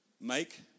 Make